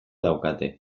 daukate